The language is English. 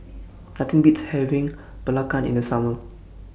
Nothing Beats having Belacan in The Summer